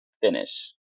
finish